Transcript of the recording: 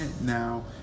now